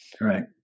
Right